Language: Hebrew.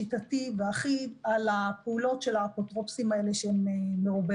שיטתי ואחיד על הפעולות של האפוטרופוסים האלה שהם מרובי